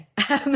Okay